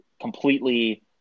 completely